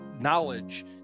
Knowledge